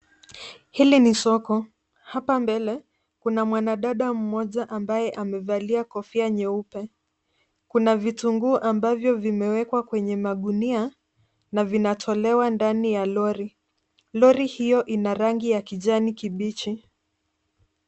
Hili ni soko, hapa mbele kuna mwanadada mmoja ambaye amevalia kofia nyeupe. Kuna vitunguu ambavyo vimewekwa kwenye magunia na vinatolewa ndani ya lori. Lori hiyo ina rangi ya kijani kibichi.